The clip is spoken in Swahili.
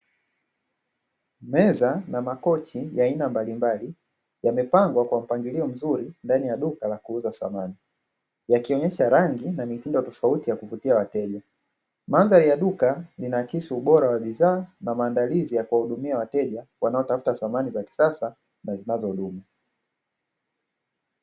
Meza na makochi ya aina mbalimbali, yamepangwa kwa mpangilio mzuri ndani ya duka la kuuza samani, yakionyesha rangi na mitindo tofauti ya kuvutia wateja. Mandhari ya duka inaakisi ubora wa bidhaa na maandalizi ya kuwahudumia wateja wanaotafuta samani za kisasa na zinazodumu.